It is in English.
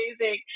amazing